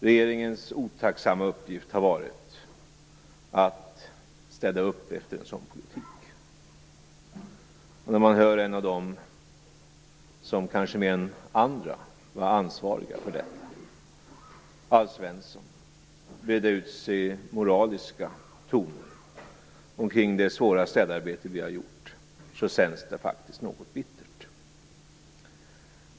Regeringens otacksamma uppgift har varit att städa upp efter en sådan politik. När man hör en av dem som kanske mer än andra var ansvarig för detta, Alf Svensson, breda ut sig i moraliska toner omkring det svåra städarbete som vi har gjort, så känns det faktiskt något bittert.